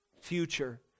future